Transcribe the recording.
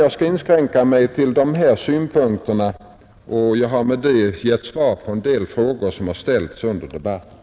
Jag skall inskränka mig till dessa synpunkter, och jag har med det givit svar på en del frågor som ställts under debatten.